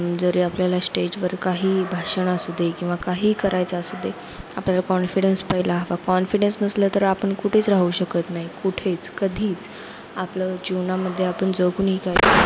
जरी आपल्याला स्टेजवर काही भाषण असू दे किंवा काहीही करायचं असू दे आपल्याला कॉन्फिडन्स पहिला हवा कॉन्फिडन्स नसला तर आपण कुठेच राहू शकत नाही कुठेच कधीच आपलं जीवनामध्ये आपण जगूनही काय